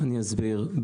אני אסביר.